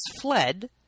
fled